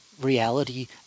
reality